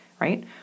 right